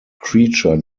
creature